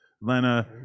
Lena